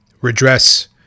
redress